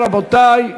רבותי,